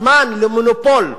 הזמן למונופול,